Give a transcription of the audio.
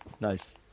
Nice